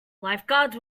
lifeguards